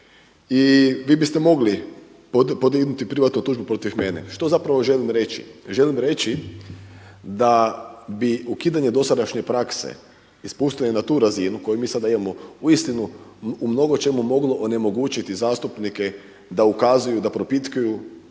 i vi biste mogli podignuti privatnu tužbu protiv mene. Što zapravo želim reći? Želim reći da bi ukidanje dosadašnje prakse ispustili na tu razinu koju mi sada imamo uistinu u mnogo čemu moglo onemogućiti zastupnike da ukazuju, da propitkuju,